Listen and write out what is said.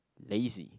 lazy